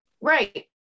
right